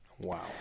Wow